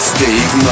Steve